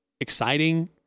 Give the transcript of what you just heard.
exciting